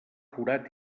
forat